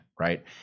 right